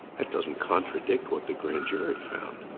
that doesn't contradict what the grand jury found.